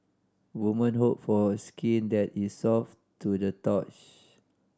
woman hope for skin that is soft to the touch